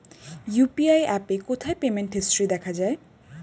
UPI অ্যাপে কোথায় payment history দেখা যায়?